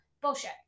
Bullshit